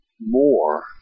more